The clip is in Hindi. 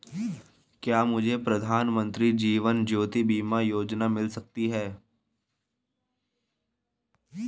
क्या मुझे प्रधानमंत्री जीवन ज्योति बीमा योजना मिल सकती है?